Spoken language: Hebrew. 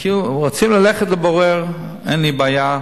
רוצים ללכת לבורר, אין לי בעיה,